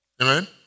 Amen